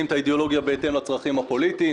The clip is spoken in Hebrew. את האידאולוגיה בהתאם לצרכים הפוליטיים.